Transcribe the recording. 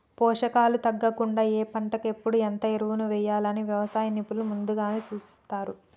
పోషకాలు తగ్గకుండా ఏ పంటకు ఎప్పుడు ఎంత ఎరువులు వేయాలి అని వ్యవసాయ నిపుణులు ముందుగానే సూచిస్తారు